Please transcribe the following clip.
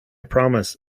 promise